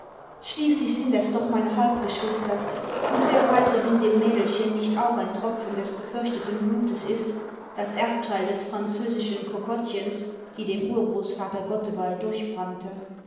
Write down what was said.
schließlich sind es doch meine halbgescbwister und wer weiß ob in dem mädelchen nicht auch ein tropfen des gefürchteten blutes ist das erbteil des französischen kokottchens die dem urgroßvater gotteball